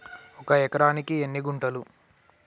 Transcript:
ఒక ఎకరానికి ఎన్ని గుంటలు?